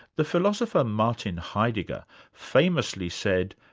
the philosopher martin heidegger famously said,